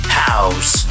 house